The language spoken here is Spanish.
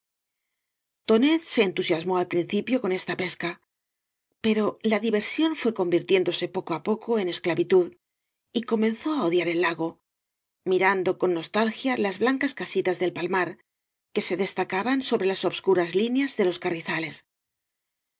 se entusiasmó al principio con esta pesca pero la diversión fué convirtiéndose poco á poco en esclavitud y comenzó á odiar el lago mirando con nostalgia las blancas casitas del palmar que se destacaban sobre las obscuras líneas de los carrizales